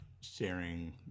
sharing